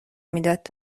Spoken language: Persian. میداد